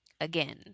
Again